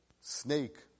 snake